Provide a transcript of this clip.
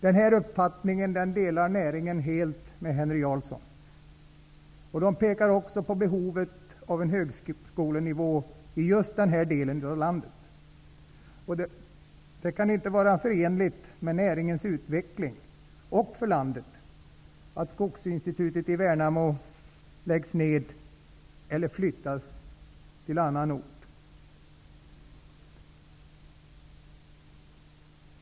Den här uppfattningen delar näringen helt med Henry Jarlsson. Behovet av en utbildning på högskolenivå just i denna del av landet pekas det också på. Det kan inte vara förenligt med näringens och landets utveckling att Skogsinstitutet i Värnamo läggs ned eller flyttas till annan ort.